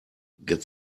get